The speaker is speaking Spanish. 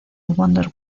wonder